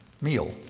meal